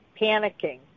panicking